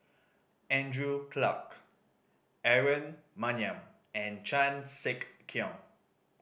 Andrew Clarke Aaron Maniam and Chan Sek Keong